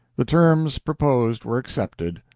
the terms proposed were accepted.